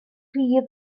rhif